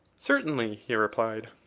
certainly, he replied.